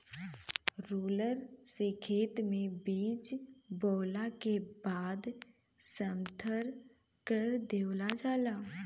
roller से खेत में बीज बोवला के बाद समथर कर देवल जाला